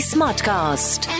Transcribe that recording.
Smartcast